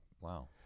wow